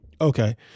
Okay